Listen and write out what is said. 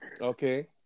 okay